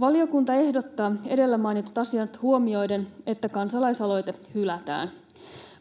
Valiokunta ehdottaa edellä mainitut asiat huomioiden, että kansalaisaloite hylätään.